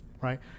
right